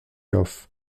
offs